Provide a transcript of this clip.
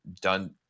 done